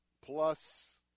plus